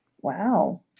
Wow